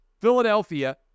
Philadelphia